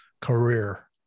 career